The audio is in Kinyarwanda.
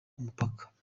umupaka